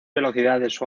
velocidades